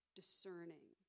discerning